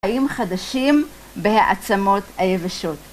חיים חדשים בעצמות היבשות